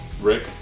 Rick